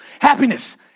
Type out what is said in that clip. Happiness